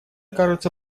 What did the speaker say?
кажется